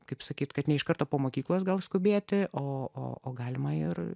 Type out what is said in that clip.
kaip sakyti kad ne iš karto po mokyklos gal skubėti o galima ir